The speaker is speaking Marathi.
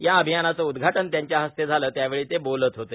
या अभियानाचे उद्घाटन त्यांच्या हस्ते झाले त्यावेळी ते बोलत होते